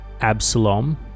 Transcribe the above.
Absalom